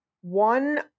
one